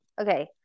Okay